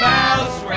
Mouse